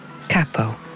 Capo